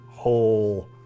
Whole